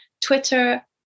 Twitter